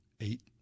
Eight